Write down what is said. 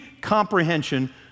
comprehension